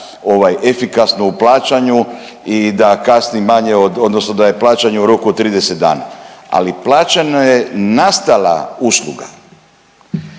efikasno u plaćanju i da kasni manje od, odnosno da je plaćanje u roku od 30 dana. Ali plaćeno je nastala usluga.